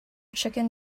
chicken